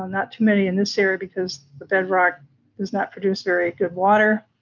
not too many in this area, because the bedrock does not produce very good water,